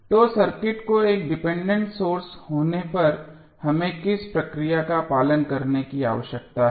तो सर्किट को एक डिपेंडेंट सोर्स होने पर हमें किस प्रक्रिया का पालन करने की आवश्यकता है